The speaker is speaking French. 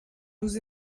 nous